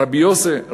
רבי יוסי.